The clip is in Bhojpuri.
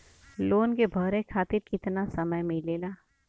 लोन के भरे खातिर कितना समय मिलेला?